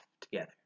together